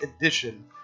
edition